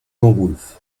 gengoulph